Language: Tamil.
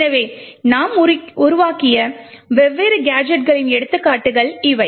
எனவே நாம் உருவாக்கிய வெவ்வேறு கேஜெட்களின் எடுத்துக்காட்டுகள் இவை